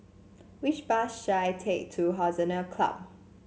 which bus should I take to Hollandse Club